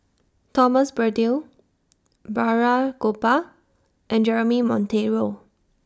Thomas Braddell Balraj Gopal and Jeremy Monteiro